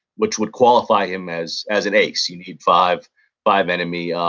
which would qualify him as as an ace. you need five five enemy